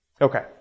Okay